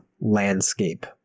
landscape